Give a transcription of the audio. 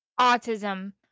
autism